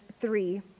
three